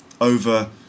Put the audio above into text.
over